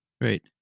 Right